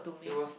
it was